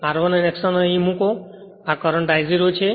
R1 અને X1 અહીં મૂકો અને આ કરંટ I0 છે